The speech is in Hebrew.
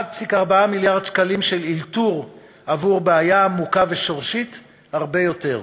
1.4 מיליארד שקלים של אלתור עבור בעיה עמוקה ושורשית הרבה יותר.